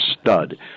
stud